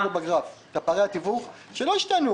מופיעים פה בגרף פערי התיווך, שלא השתנו.